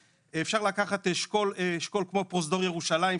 זה D1 ולא D. אפשר לקחת אשכול כמו פרוזדור ירושלים,